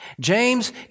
James